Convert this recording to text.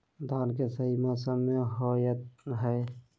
धान के सही मौसम की होवय हैय?